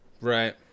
right